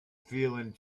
feeling